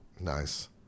Nice